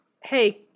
Hey